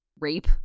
rape